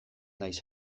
naiz